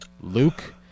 Luke